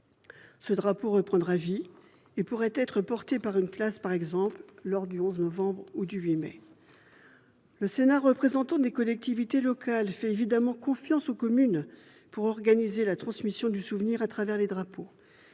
le drapeau « reprendra vie » et pourra être porté par une classe, par exemple lors des cérémonies du 11 novembre ou du 8 mai. Le Sénat, représentant des collectivités locales, fait évidemment confiance aux communes pour organiser la transmission du souvenir au travers des drapeaux.